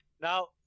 now